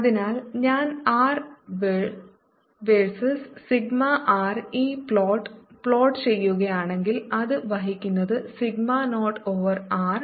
അതിനാൽ ഞാൻ R versus sigma R ഈ പ്ലോട്ട് പ്ലോട്ട് ചെയ്യുകയാണെങ്കിൽ അത് വഹിക്കുന്നത് സിഗ്മ0 ഓവർ R